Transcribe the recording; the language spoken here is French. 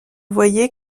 voyez